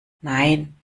nein